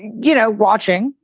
you know, watching.